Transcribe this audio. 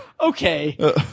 okay